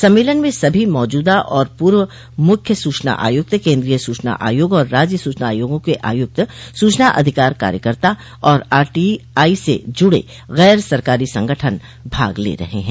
सम्मेलन में सभी मौजूदा और पूर्व मुख्य सूचना आयुक्त केन्द्रीय सूचना आयोग और राज्य सूचना आयोगों के आयुक्त सूचना अधिकार कार्यकर्ता और आरटीआई से जुड़े गैर सरकारी संगठन भाग ले रहे हैं